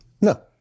No